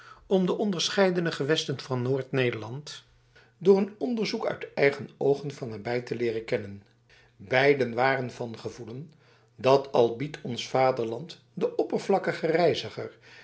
om de onderscheidene gewesten van noord-nederland door een onderzoek uit eigen oogen van nabij te leeren kennen beiden waren van gevoelen dat al biedt ons vaderland den oppervlakkigen reiziger